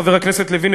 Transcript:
חבר הכנסת לוין,